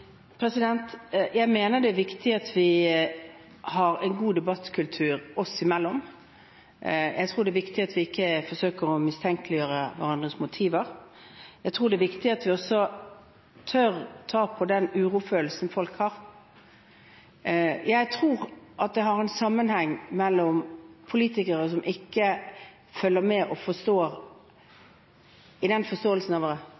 Jeg mener det er viktig at vi har en god debattkultur oss imellom. Jeg tror det er viktig at vi forsøker ikke å mistenkeliggjøre hverandres motiver. Jeg tror det er viktig at vi også tør kjenne på den urofølelsen folk har. Jeg tror det har en sammenheng med politikere som ikke følger med og